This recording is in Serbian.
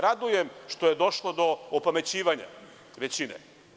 Radujem se što je došlo do opamećivanja većine.